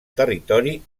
territori